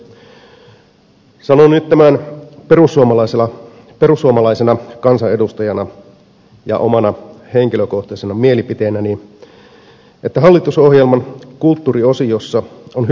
sanon nyt tämän perussuomalaisena kansanedustajana ja omana henkilökohtaisena mielipiteenäni että hallitusohjelman kulttuuriosiossa on hyvä tavoite